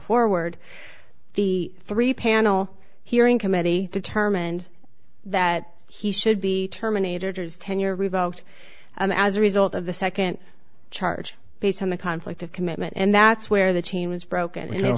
forward the three panel hearing committee determined that he should be terminators tenure revoked and as a result of the second charge based on the conflict of commitment and that's where the chain was broken